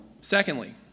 Secondly